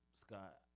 Scott